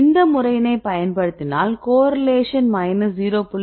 இந்த முறையினை பயன்படுத்தினால் கோரிலேஷன் மைனஸ் 0